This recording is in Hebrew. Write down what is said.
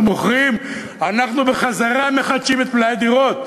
מוכרים אנחנו מחדשים את מלאי הדירות.